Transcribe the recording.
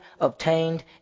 obtained